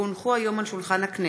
כי הונחו היום על שולחן הכנסת,